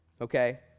okay